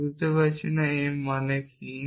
এটা বুঝতে পারছি না m মানে কি